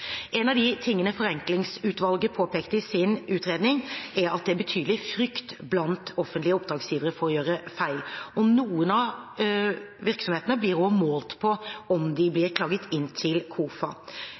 En av de tingene Forenklingsutvalget påpekte i sin utredning, er at det er betydelig frykt blant offentlige oppdragsgivere for å gjøre feil, og noen av virksomhetene blir også målt på om de